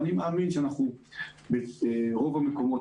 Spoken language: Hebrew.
אני מאמין שברוב המקומות,